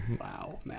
Wow